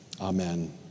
Amen